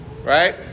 Right